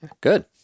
Good